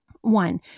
One